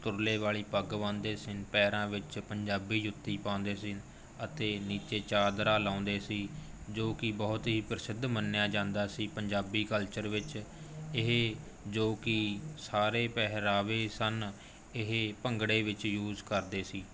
ਤੁਰਲੇ ਵਾਲੀ ਪੱਗ ਬੰਨ੍ਹਦੇ ਸੀ ਪੈਰਾਂ ਵਿੱਚ ਪੰਜਾਬੀ ਜੁੱਤੀ ਪਾਉਂਦੇ ਸੀ ਅਤੇ ਨੀਚੇ ਚਾਦਰਾ ਲਾਉਂਦੇ ਸੀ ਜੋ ਕਿ ਬਹੁਤ ਹੀ ਪ੍ਰਸਿੱਧ ਮੰਨਿਆ ਜਾਂਦਾ ਸੀ ਪੰਜਾਬੀ ਕਲਚਰ ਵਿੱਚ ਇਹ ਜੋ ਕਿ ਸਾਰੇ ਪਹਿਰਾਵੇ ਸਨ ਇਹ ਭੰਗੜੇ ਵਿੱਚ ਯੂਜ਼ ਕਰਦੇ ਸੀ